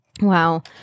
Wow